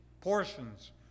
portions